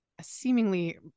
seemingly